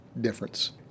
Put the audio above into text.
difference